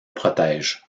protège